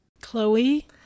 Chloe